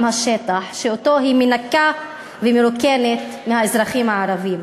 השטח שהיא מנקה ומרוקנת מהאזרחים הערבים.